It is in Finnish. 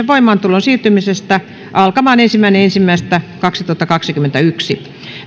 voimaantulon siirtymisestä alkamaan ensimmäinen ensimmäistä kaksituhattakaksikymmentäyksi